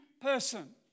person